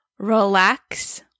relax